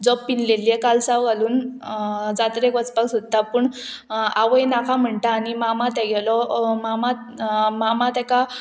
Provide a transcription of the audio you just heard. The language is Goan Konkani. जो पिजलेलें कालसांव घालून जात्रेक वचपाक सोदता पूण आवय नाका म्हणटा आनी मामा तेगेलो मामा मामा तेका